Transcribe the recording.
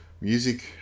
music